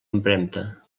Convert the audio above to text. empremta